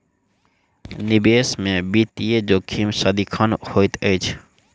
निवेश में वित्तीय जोखिम सदिखन होइत अछि